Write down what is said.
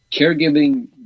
caregiving